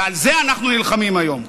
ועל זה אנחנו נלחמים היום.